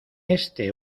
este